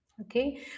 okay